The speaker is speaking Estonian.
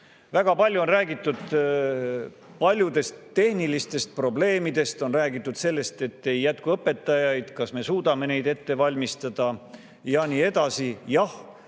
palju on räägitud paljudest tehnilistest probleemidest, on räägitud sellest, et ei jätku õpetajaid, [me ei tea,] kas me suudame neid ette valmistada, ja nii edasi. Jah,